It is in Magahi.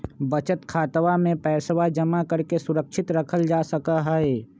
बचत खातवा में पैसवा जमा करके सुरक्षित रखल जा सका हई